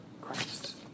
Christ